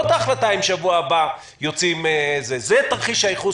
לא את ההחלטה אם בשבוע הבא יוצאים מן ההסגר אלא: זה תרחיש הייחוס